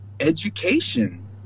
education